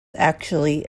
actually